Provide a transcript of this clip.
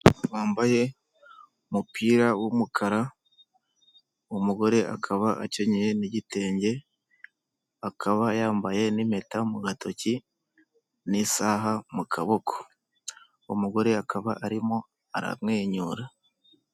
Wambaye umupira w'umukara. Umugore akaba akenyeye n'igitenge akaba yambaye n'impeta mu gatoki n'isaha mu kaboko, Umugore akaba arimo aramwenyura.